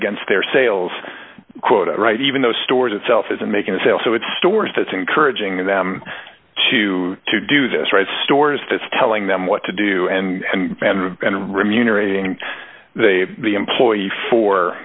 against their sales quota right even though stores itself isn't making a sale so it stores that's encouraging them to to do this right stores that's telling them what to do and and remunerating they the employee for